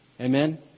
Amen